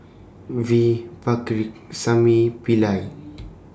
V Pakirisamy Pillai